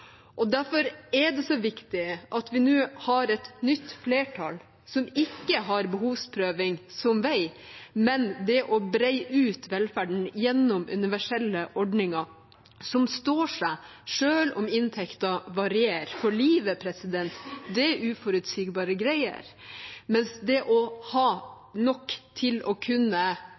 så viktig at vi nå har et nytt flertall, som ikke har behovsprøving som vei, men det å bre ut velferden gjennom universelle ordninger som står seg selv om inntektene varierer. Livet er uforutsigbare greier, men det å ha nok til å kunne